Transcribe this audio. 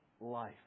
life